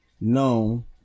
known